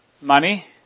money